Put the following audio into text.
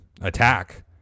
attack